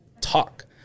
talk